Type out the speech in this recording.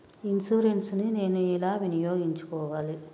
Insurance ని నేను ఎలా వినియోగించుకోవాలి?